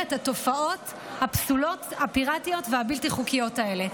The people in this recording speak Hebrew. את התופעות הפסולות הפיראטיות והבלתי-חוקיות האלה,